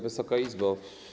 Wysoka Izbo!